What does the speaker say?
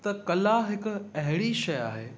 त कला हिकु अहिड़ी शइ आहे